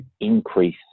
increase